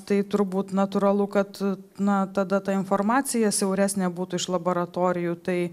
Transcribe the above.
tai turbūt natūralu kad na tada ta informacija siauresnė būtų iš laboratorijų tai